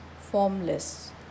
formless